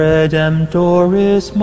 Redemptoris